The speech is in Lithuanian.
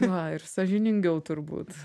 va ir sąžiningiau turbūt